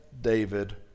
David